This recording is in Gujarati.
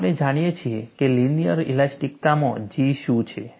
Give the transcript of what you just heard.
આપણે જાણીએ છીએ કે લિનિયર ઇલાસ્ટિકતામાં G શું છે